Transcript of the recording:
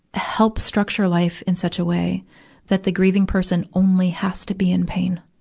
help structure life in such a way that the grieving person only has to be in pain.